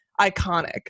iconic